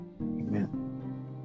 Amen